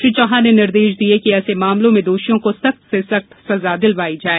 श्री चौहान ने निर्देश दिए कि ऐसे मामलों में दोषियों को सख्त से सख्त सजा दिलवाई जाए